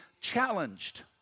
challenged